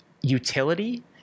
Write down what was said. utility